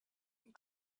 and